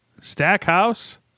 Stackhouse